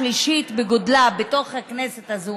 השלישית בגודלה בתוך הכנסת הזאת,